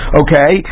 okay